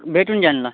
भेटून जाईल ना